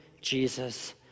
Jesus